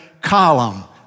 column